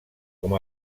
com